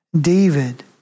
David